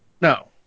No